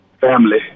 Family